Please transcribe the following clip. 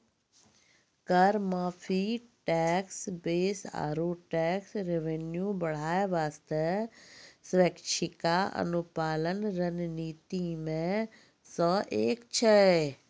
कर माफी, tax base आरो टैक्स रेवेन्यू बढ़ाय बासतें स्वैछिका अनुपालन रणनीति मे सं एक छै